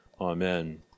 Amen